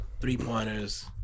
three-pointers